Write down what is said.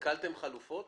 שקלתם חלופות?